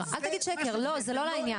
זה לא אמת.